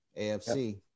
AFC